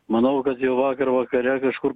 manau kad jau vakar vakare kažkur